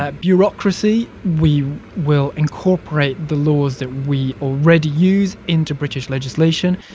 ah bureaucracy we will incorporate the laws that we already use into british legislation.